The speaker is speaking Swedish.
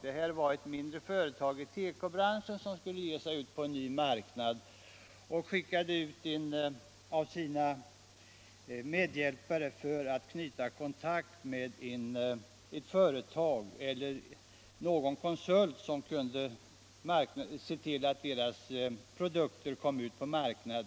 Spelet rörde ett mindre företag i tekobranschen som skulle ge sig ut på en ny marknad och skickade ut en av sina medhjälpare för att knyta kontakt med någon konsult, som kunde se till att företagets produkter kom ut på marknaden.